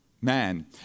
man